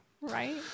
Right